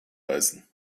reißen